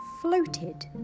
floated